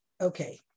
Okay